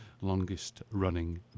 longest-running